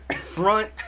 front